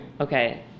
Okay